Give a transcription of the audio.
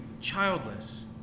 childless